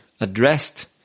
addressed